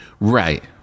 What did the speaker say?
Right